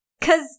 Cause